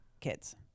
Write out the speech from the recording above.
kids